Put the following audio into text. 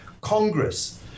Congress